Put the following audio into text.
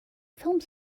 films